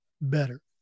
better